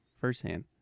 firsthand